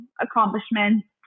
accomplishments